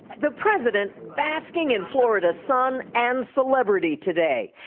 the president basking in florida sun and celebrity today,